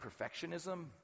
perfectionism